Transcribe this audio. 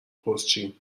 پستچیم